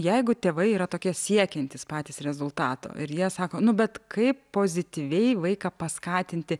jeigu tėvai yra tokie siekiantys patys rezultato ir jie sako nu bet kaip pozityviai vaiką paskatinti